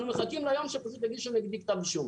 אנחנו מחכים ליום שיגישו נגדי כתב אישום.